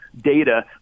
data